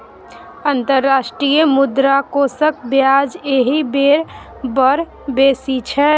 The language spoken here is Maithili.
अंतर्राष्ट्रीय मुद्रा कोषक ब्याज एहि बेर बड़ बेसी छै